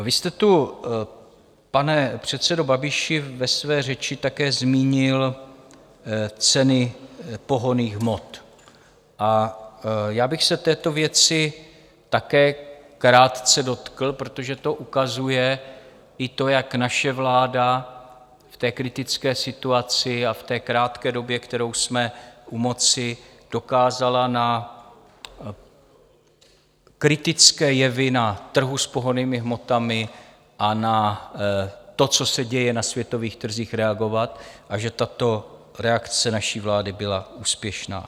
Vy jste tu, pane předsedo Babiši, ve své řeči také zmínil ceny pohonných hmot a já bych se této věci také krátce dotkl, protože to ukazuje i to, jak naše vláda v té kritické situaci a v krátké době, kterou jsme u moci, dokázala na kritické jevy na trhu s pohonnými hmotami a na to, co se děje na světových trzích, reagovat a že tato reakce naší vlády byla úspěšná.